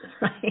Right